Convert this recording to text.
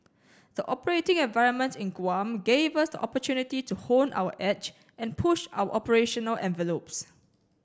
the operating environment in Guam gave us the opportunity to hone our edge and push our operational envelopes